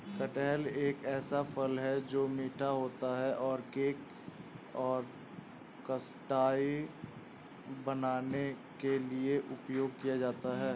कटहल एक ऐसा फल है, जो मीठा होता है और केक और कस्टर्ड बनाने के लिए उपयोग किया जाता है